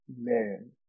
Man